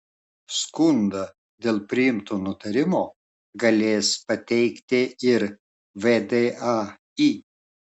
skundą dėl priimto nutarimo galės pateikti ir vdai